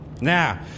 Now